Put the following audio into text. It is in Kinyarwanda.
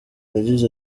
yagize